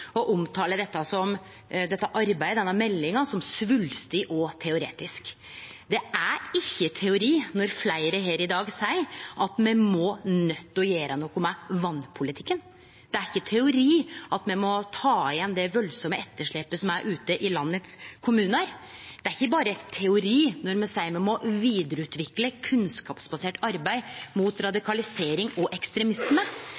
dette arbeidet og denne meldinga som «svulstig» og «teoretisk». Det er ikkje teori når fleire her i dag seier at me er nøydde til å gjere noko med vasspolitikken. Det er ikkje teori at me må ta igjen det valdsame etterslepet som er ute i landets kommunar. Det er ikkje berre teori når me seier at me må vidareutvikle kunnskapsbasert arbeid mot